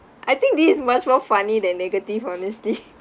I think this is much more funny than negative honestly